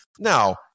Now